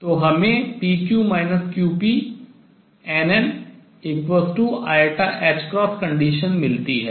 तो हमें pq qpnni condition शर्त मिलती है